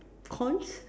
corns